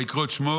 וייקרא שמו